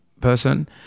person